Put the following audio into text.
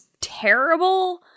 terrible